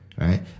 right